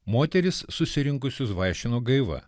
moterys susirinkusius vaišino gaiva